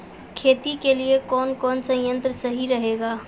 खेती के लिए कौन कौन संयंत्र सही रहेगा?